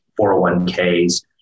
401ks